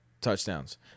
touchdowns